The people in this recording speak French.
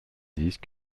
disent